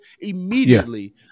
immediately